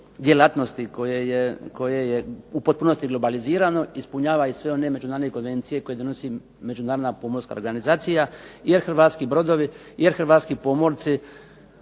djelatnosti koje je u potpunosti globalizirano ispunjava i sve one međunarodne konvencije koje donosi Međunarodna pomorska organizacija jer hrvatski brodovi, jer hrvatski pomorci